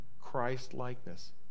Christ-likeness